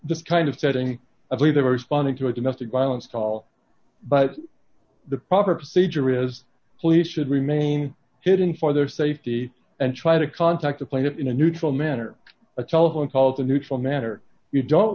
this kind of setting i believe they were responding to a domestic violence call but the proper procedure is police should remain hidden for their safety and try to contact the plaintiffs in a neutral manner a telephone calls a neutral manner you don't